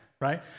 right